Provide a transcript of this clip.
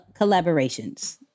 collaborations